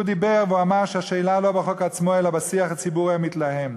הוא דיבר והוא אמר שהשאלה היא לא בחוק עצמו אלא בשיח הציבורי המתלהם.